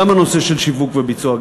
גם הנושא של שיווק וביצוע,